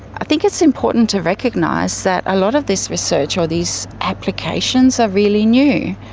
i think it's important to recognise that a lot of this research or these applications are really new.